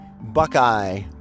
Buckeye